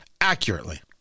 accurately